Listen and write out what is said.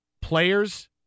Players